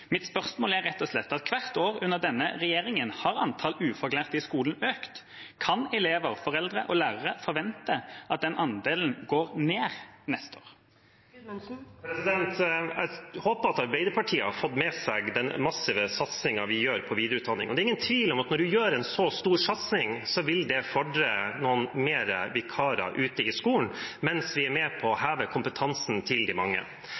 Mitt spørsmål er rett og slett: Hvert år under denne regjeringa har antall ufaglærte vikarer i skolen økt – kan elever, foreldre og lærere forvente at den andelen går ned neste år? Jeg håper at Arbeiderpartiet har fått med seg den massive satsingen vi har på videreutdanning. Det er ingen tvil om at når en har en så stor satsing, vil det fordre noen flere vikarer ute i skolen – mens vi er med på å heve kompetansen til de mange.